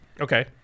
Okay